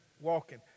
walking